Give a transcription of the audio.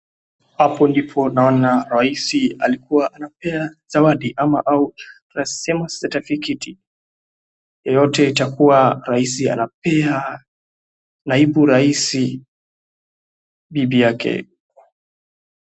Hapo ndipo naona raisi alikuwa anapea zawadi. Yote itakuwa raisi anapea naibu raisi bibi yake.